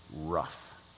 rough